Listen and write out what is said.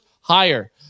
higher